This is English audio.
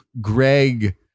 Greg